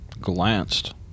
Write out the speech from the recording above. glanced